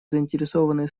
заинтересованные